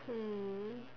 hmm